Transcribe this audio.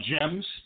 Gems